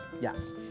Yes